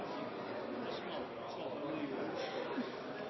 det samme som jeg